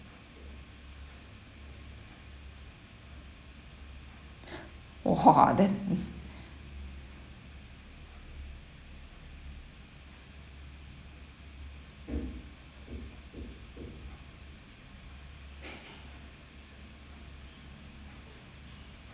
!wah! then